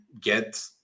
get